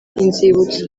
inzibutso